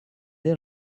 dans